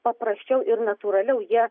paprasčiau ir natūraliau jie